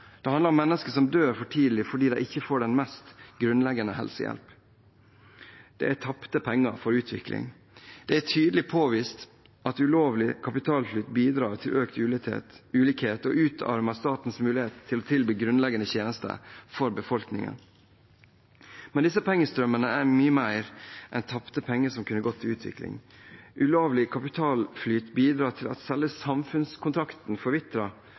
Det handler om mennesker som dør for tidlig fordi de ikke får den mest grunnleggende helsehjelp. Det er tapte penger for utvikling. Det er tydelig påvist at ulovlig kapitalflyt bidrar til økt ulikhet og utarmer statens mulighet til å tilby grunnleggende tjenester for befolkningen sin. Men disse pengestrømmene er mye mer enn tapte penger som kunne gått til utvikling. Ulovlig kapitalflyt bidrar til at selve samfunnskontrakten